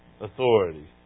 Authority